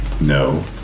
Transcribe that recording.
No